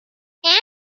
anne